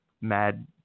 Mad